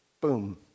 Boom